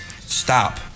Stop